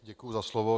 Děkuji za slovo.